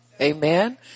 Amen